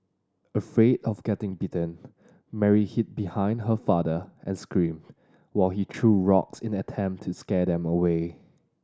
afraid of getting bitten Mary hid behind her father and screamed while he threw rocks in an attempt to scare them away